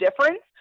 difference